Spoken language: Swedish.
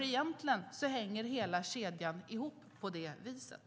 Egentligen hänger ju hela kedjan ihop på det viset.